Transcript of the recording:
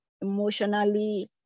emotionally